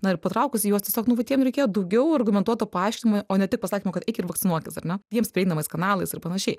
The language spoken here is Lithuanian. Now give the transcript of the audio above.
na ir patraukusi juos tiesiog nu vat jiem reikėjo daugiau argumentuoto paaiškinimo o ne tik pasakymo kad eik ir vakcinuokis ar ne jiems prieinamais kanalais ir panašiai